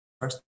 first